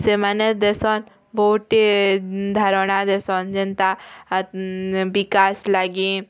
ସେମାନେ ଦେସନ୍ ବୋହୁତ୍ଟି ଧାରଣା ଦେସନ୍ ଯେନ୍ତା ବିକାଶ୍ ଲାଗି